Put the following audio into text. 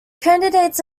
candidates